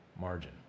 margin